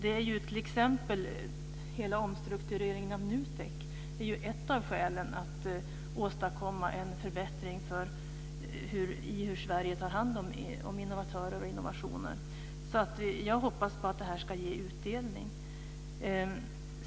Ett av skälen för hela omstruktureringen av NUTEK är att man ska åstadkomma en förbättring av hur Sverige tar hand om innovatörer och innovationer, så jag hoppas på att det här ska ge utdelning.